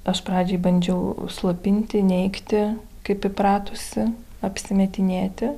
aš pradžiai bandžiau užslopinti neigti kaip įpratusi apsimetinėti